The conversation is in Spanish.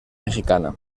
mexicana